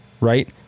Right